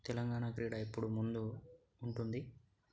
తెలంగాణ క్రీడ ఎప్పుడు ముందు ఉంటుంది